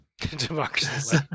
Democracy